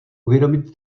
uvědomit